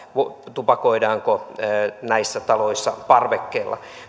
tupakoidaanko näissä taloissa parvekkeella